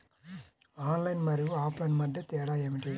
Online మరియు offline మధ్య తేడా ఏమిటీ?